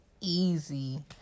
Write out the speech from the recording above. easy